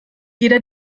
jeder